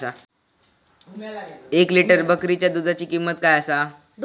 एक लिटर बकरीच्या दुधाची किंमत काय आसा?